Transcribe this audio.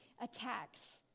attacks